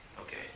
Okay